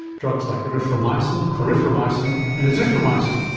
drugs like erythromycin, clarithromycin and azithromycin.